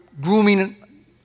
grooming